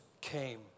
came